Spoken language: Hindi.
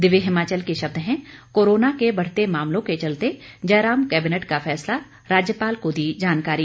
दिव्य हिमाचल के शब्द हैं कोरोना के बढ़ते मामलों के चलते जयराम कैबिनेट का फैसला राज्यपाल को दी जानकारी